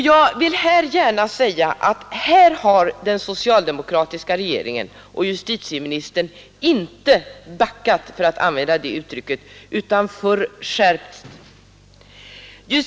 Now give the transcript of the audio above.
Jag vill gärna säga att den socialdemokratiska regeringen och justitieministern här inte har backat — för att använda det uttrycket — utan snarare skärpt reglerna.